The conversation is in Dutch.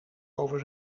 over